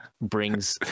brings